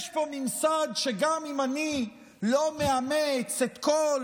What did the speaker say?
יש פה ממסד שגם אם אני לא מאמץ את כל